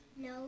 No